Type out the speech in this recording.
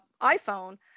iPhone